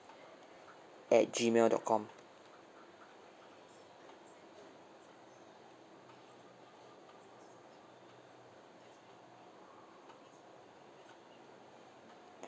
at G mail dot com